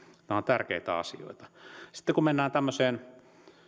nämä ovat tärkeitä asioita sitten kun mennään tämmöiseen